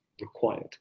required